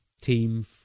team